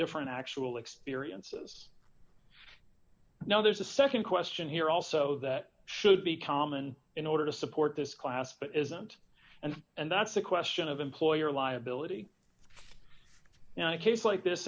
different actual experiences now there's a nd question here also that should be common in order to support this class but isn't and and that's the question of employer liability you know a case like this